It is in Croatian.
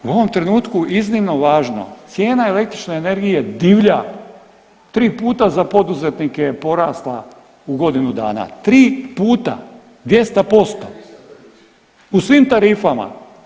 U ovom trenutku iznimno važno cijena električne energije divlja tri puta za poduzetnike je porasla u godinu dana, tri puta, 200% u svim tarifama.